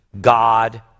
God